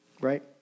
Right